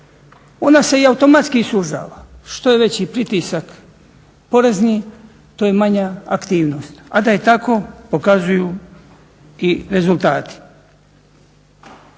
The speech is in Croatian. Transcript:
Ona se i automatski sužava. Što je veći pritisak porezni to je manja aktivnost, a da je tako pokazuju i rezultati.